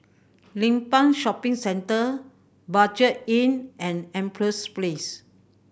Limbang Shopping Centre Budget Inn and Empress Place